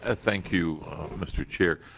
ah thank you mr. chair.